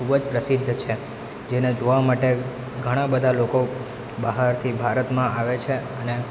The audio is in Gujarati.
ખૂબ જ પ્રસિદ્ધ છે જેને જોવા માટે ઘણાં બધાં લોકો બહારથી ભારતમાં આવે છે અને